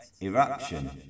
eruption